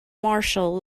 martial